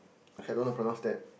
K I don't know how pronounce that